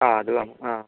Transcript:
ആ അത് വേണം ആ